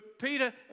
Peter